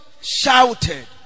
shouted